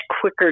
quicker